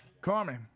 Carmen